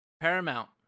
Paramount